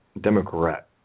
Democrat